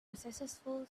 unsuccessful